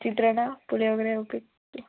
ಚಿತ್ರಾನ್ನ puliyogare ಉಪ್ಪಿಟ್ಟು